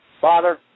Father